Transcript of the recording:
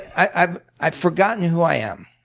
i've i've forgotten who i am.